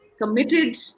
committed